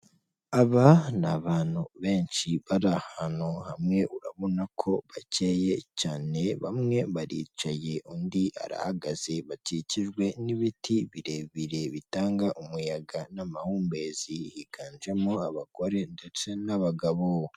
Aba ni abantu benshi bari ahantu hamwe, urabona ko bakeye cyane, bamwe baricaye, undi arahagaze, bakikijwe n'ibiti birebire bitanga umuyaga n'amahumbezi. Higanjemo abagore ndetse n'abagabo.